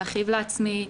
להכאיב לעצמי,